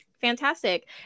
fantastic